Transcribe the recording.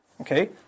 Okay